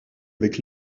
avec